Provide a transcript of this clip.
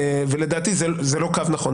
לדעתי זה לא קו נכון,